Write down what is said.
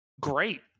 Great